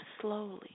slowly